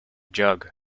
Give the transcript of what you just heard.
jug